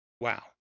Wow